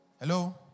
Hello